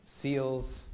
seals